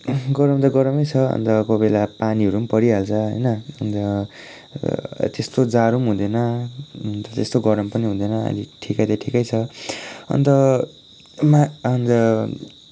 गरम त गरमै छ अन्त कोही बेला पानीहरू पनि परिहाल्छ होइन अन्त त्यस्तो जाडो पनि हुँदैन अन्त त्यस्तो गरम पनि हुँदैन अलिक ठिकै त ठिकै छ अन्त अन्तमा अन्त